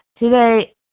Today